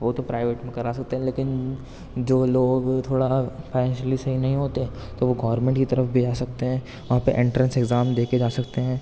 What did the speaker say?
وہ تو پرائیوٹ میں کرا سکتے ہیں لیکن جو لوگ تھوڑا فائنینشلی صحیح نہیں ہوتے تو وہ گورمنٹ کی طرف بھی آ سکتے ہیں وہاں پہ انٹرینس ایگزام دے کے جا سکتے ہیں